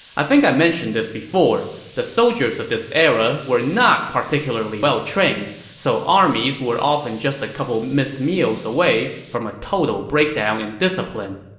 i think i mentioned this before the soldiers of this era were not particularly well-trained, so armies were often just a couple missed meals away from a total breakdown in discipline.